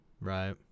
Right